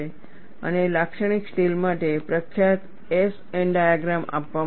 અને લાક્ષણિક સ્ટીલ માટે પ્રખ્યાત S N ડાયગ્રામ આપવામાં આવી છે